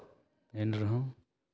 ᱮᱱ ᱨᱮᱦᱚᱸ